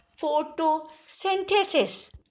photosynthesis